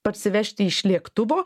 parsivežti iš lėktuvo